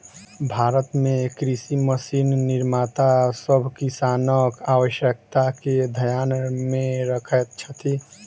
भारत मे कृषि मशीन निर्माता सभ किसानक आवश्यकता के ध्यान मे रखैत छथि